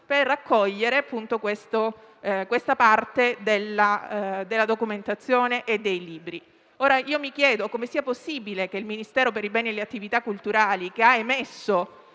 per raccogliere questa parte della documentazione e dei libri. Mi chiedo come sia possibile che il Ministero per i beni e le attività culturali, che ha emesso